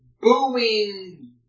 booming